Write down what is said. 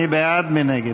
מי בעד ומי נגד?